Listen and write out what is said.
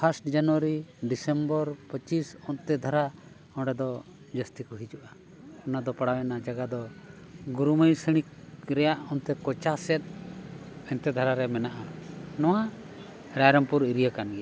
first January December ᱯᱚᱸᱪᱤᱥ ᱚᱱᱛᱮ ᱫᱷᱟᱨᱟ ᱚᱸᱰᱮ ᱫᱚ ᱡᱟᱹᱥᱛᱤ ᱠᱚ ᱦᱤᱡᱩᱜᱼᱟ ᱚᱱᱟ ᱫᱚ ᱯᱟᱲᱟᱣᱮᱱᱟ ᱡᱟᱭᱜᱟ ᱫᱚ ᱜᱩᱨᱩ ᱢᱟᱹᱭᱤᱠ ᱥᱤᱬᱤᱠ ᱨᱮᱭᱟᱜ ᱚᱱᱛᱮ ᱠᱚᱸᱪᱟ ᱥᱮᱫ ᱚᱱᱛᱮ ᱫᱷᱟᱨᱟ ᱨᱮ ᱢᱮᱱᱟᱜᱼᱟ ᱱᱚᱣᱟ ᱨᱟᱭᱨᱚᱝᱯᱩᱨ ᱮᱨᱤᱭᱟ ᱠᱟᱱ ᱜᱮᱭᱟ